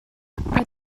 are